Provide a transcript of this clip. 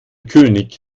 könig